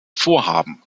vorhaben